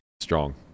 Strong